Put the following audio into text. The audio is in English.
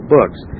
Books